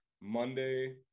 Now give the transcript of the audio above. Monday